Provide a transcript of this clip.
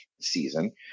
season